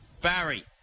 Barry